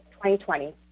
2020